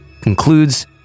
concludes